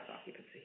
occupancy